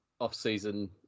off-season